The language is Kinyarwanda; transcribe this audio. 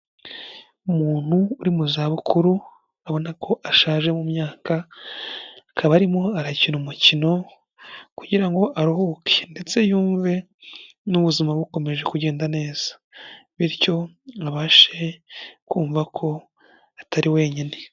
Umuntu uri mu zabukuru abona ko ashaje mu myaka akaba arimo arakina umukino kugira ngo aruhuke ndetse yumve n'ubuzima bukomeje kugenda neza bityo abashe kumva ko atari wenyine.